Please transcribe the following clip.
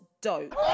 dope